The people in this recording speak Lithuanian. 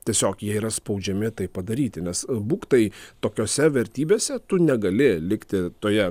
tiesiog jie yra spaudžiami tai padaryti nes būktai tokiose vertybėse tu negali likti toje